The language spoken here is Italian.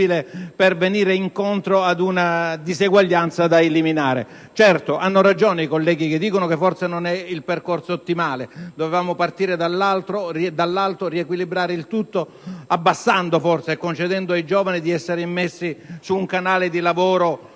per affrontare una disuguaglianza da eliminare. Certo, hanno ragione i colleghi che sostengono che forse questo non è il percorso ottimale: dovevamo partire dall'alto, riequilibrare tutto, forse abbassando il limite e concedendo ai giovani di essere immessi su un canale di lavoro